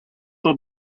will